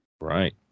Right